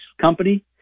Company